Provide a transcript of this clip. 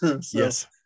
yes